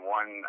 one